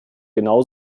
genau